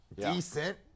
Decent